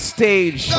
Stage